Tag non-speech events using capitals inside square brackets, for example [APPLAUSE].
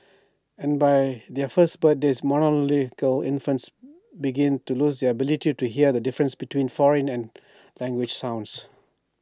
and by their first birthdays monolingual infants [HESITATION] begin to lose their ability to hear the differences between foreign and language sounds